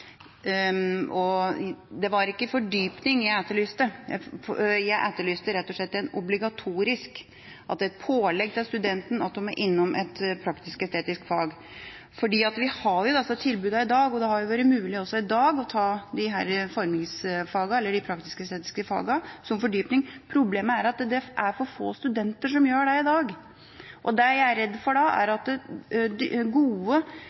Det var ikke fordypning jeg etterlyste, jeg etterlyste rett og slett noe obligatorisk, et pålegg til studentene om at de må innom et praktisk-estetisk fag. Vi har jo disse tilbudene i dag, og det har vært mulig også i dag å ta disse formingsfagene eller de praktisk-estetiske fagene som fordypning. Problemet er at det er for få studenter som gjør det i dag, og det jeg er redd for da, er at gode fagmiljøer ute på de ulike institusjonene kan risikere å miste den fagkunnskapen de har. Jeg er